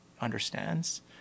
understands